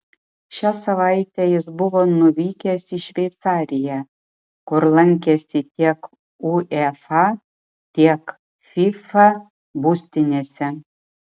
šią savaitę jis buvo nuvykęs į šveicariją kur lankėsi tiek uefa tiek fifa būstinėse